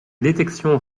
détection